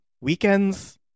Weekends